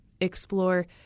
explore